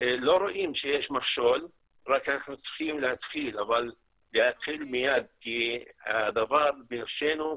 אנחנו לא רואים שיש מכשול רק אנחנו צריכים להתחיל מיד כי הדבר בעוכרנו,